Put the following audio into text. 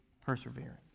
perseverance